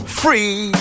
free